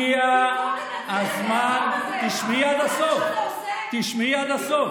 לקום ולגנות את הרצח, במקום, תשמעי עד הסוף.